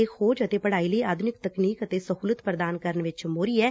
ਇਹ ਖੋਜ ਅਤੇ ਪੜ੍ਹਾਈ ਲਈ ਆਧੁਨਿਕ ਤਕਨੀਕ ਅਤੇ ਸਹੂਲਤ ਪ੍ਰਦਾਨ ਕਰਨ ਵਿਚ ਮੋਹਰੀ ਐ